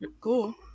cool